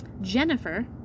jennifer